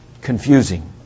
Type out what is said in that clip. confusing